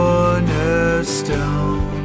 Cornerstone